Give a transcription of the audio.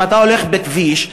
אם אתה הולך בכביש,